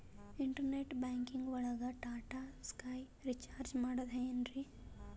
Internet banking ಒಳಗ್ Tata Sky recharge ಮಾಡದ್ ಹೆಂಗ್ರೀ?